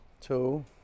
two